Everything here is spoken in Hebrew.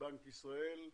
בנק ישראל,